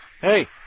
Hey